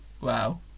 Wow